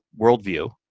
worldview